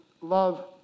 love